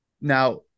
now